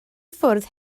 ffwrdd